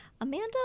amanda